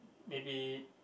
maybe